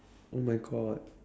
oh my god